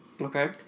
Okay